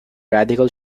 radical